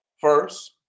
first